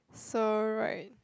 so right